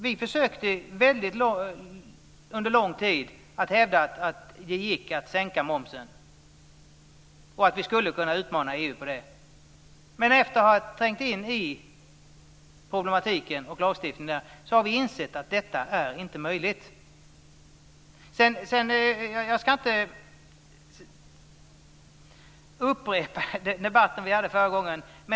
Vi försökte under lång tid att hävda att det gick att sänka momsen och att vi skulle kunna utmana EU på det. Men efter att ha trängt in i problematiken och lagstiftningen har vi insett att detta inte är möjligt. Jag ska inte upprepa den debatt vi hade förra gången.